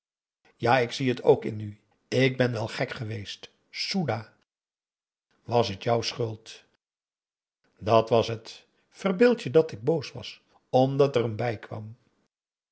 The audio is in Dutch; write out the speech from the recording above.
ja ik zie het ook in nu ik ben wel gek geweest soedah was het jouw schuld dat was het verbeeld je dat ik boos was omdat er een bijkwam